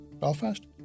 Belfast